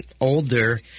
older